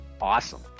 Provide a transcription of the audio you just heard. awesome